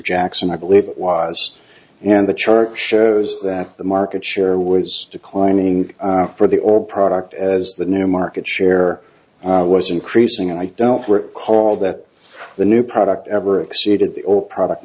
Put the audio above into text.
jackson i believe it was and the chart shows that the market share was declining for the or product as the new market share was increasing and i don't recall that the new product ever exceeded